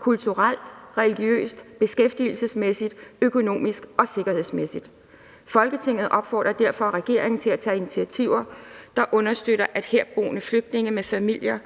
kulturelt, religiøst, beskæftigelsesmæssigt, økonomisk og sikkerhedsmæssigt. Folketinget opfordrer derfor regeringen til at tage initiativer, der understøtter, at herboende flygtninge med familie